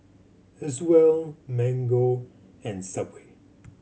Acwell Mango and Subway